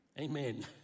Amen